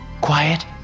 quiet